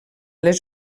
les